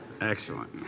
excellent